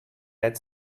red